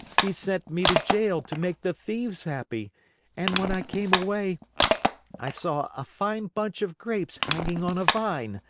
he sent me to jail to make the thieves happy and when i came away i saw a fine bunch of grapes hanging on a vine.